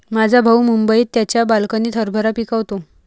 माझा भाऊ मुंबईत त्याच्या बाल्कनीत हरभरा पिकवतो